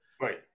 Right